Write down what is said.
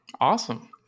Awesome